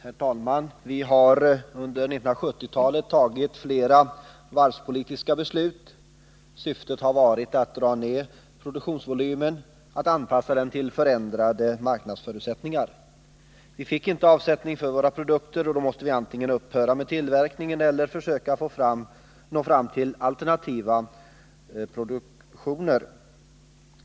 Herr talman! Vi har under 1970-talet fattat flera varvspolitiska beslut. Syftet har varit att dra ned produktionsvolymen och anpassa den till förändrade marknadsförutsättningar. Vi fick inte avsättning för våra produkter, och då måste vi antingen upphöra med tillverkningen eller försöka nå fram till alternativa produktioner.